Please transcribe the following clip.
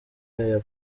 aya